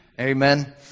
Amen